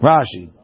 Rashi